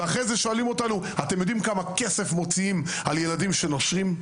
ואחרי כן שואלים אותנו: אתם יודעים כמה כסף מוציאים על ילדים שנושרים?